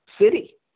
city